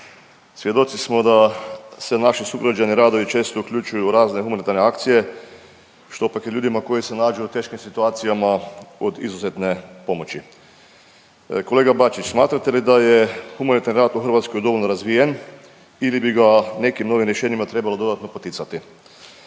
Svjedoci smo da se naši sugrađani rado i često uključuju u razne humanitarne akcije što pak je ljudi koji se nađu u teškim situacija od izuzetne pomoći. Kolega Bačić smatrate li da je humanitarni rad u Hrvatskoj dovoljno razvijen ili bi ga nekim novim rješenjima trebalo dodatno poticati?